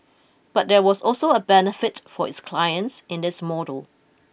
but there was also a benefit for its clients in this model